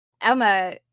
emma